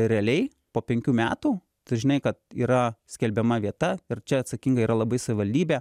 realiai po penkių metų tu žinai kad yra skelbiama vieta ir čia atsakinga yra labai savivaldybė